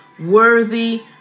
Worthy